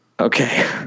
Okay